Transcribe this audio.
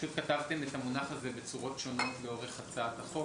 אתם כתבתם את המונח הזה בצורות שונות לאורך הצעת החוק.